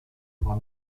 war